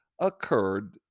occurred